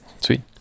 Sweet